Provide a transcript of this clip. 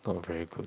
not very good